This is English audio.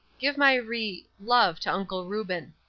give my re love to uncle reuben.